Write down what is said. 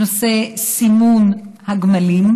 בנושא סימון הגמלים.